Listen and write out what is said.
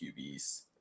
QBs